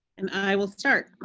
and i will start.